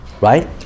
right